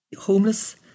homeless